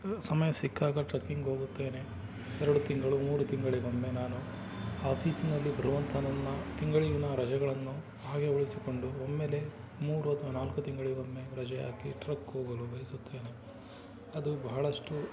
ಸಮಯ ಸಿಕ್ಕಾಗ ಟ್ರಕ್ಕಿಂಗ್ ಹೋಗುತ್ತೇನೆ ಎರಡು ತಿಂಗಳು ಮೂರು ತಿಂಗಳಿಗೊಮ್ಮೆ ನಾನು ಆಫೀಸಿನಲ್ಲಿ ಬರುವಂಥ ನನ್ನ ತಿಂಗಳಿನ ರಜೆಗಳನ್ನು ಹಾಗೇ ಉಳಿಸಿಕೊಂಡು ಒಮ್ಮೆಲೆ ಮೂರು ಅಥವಾ ನಾಲ್ಕು ತಿಂಗಳಿಗೊಮ್ಮೆ ರಜೆ ಹಾಕಿ ಟ್ರಕ್ ಹೋಗಲು ಬಯಸುತ್ತೇನೆ ಅದು ಬಹಳಷ್ಟು